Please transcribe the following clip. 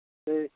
दे